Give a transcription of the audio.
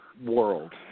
world